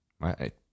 right